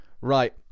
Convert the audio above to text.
Right